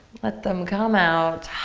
let them come out.